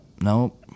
nope